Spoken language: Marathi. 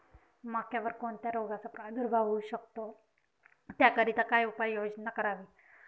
मक्यावर कोणत्या रोगाचा प्रादुर्भाव होऊ शकतो? त्याकरिता काय उपाययोजना करावी?